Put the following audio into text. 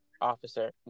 officer